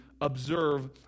observe